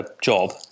job